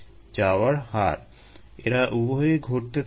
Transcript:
তোমরা সাম্যাবস্থার ধারণা সম্পর্কে জেনেছো ধরা যাক পানি বাতাসের সংস্পর্শে আছে